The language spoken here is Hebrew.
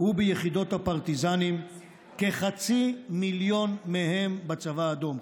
וביחידות הפרטיזנים, כחצי מיליון מהם בצבא האדום.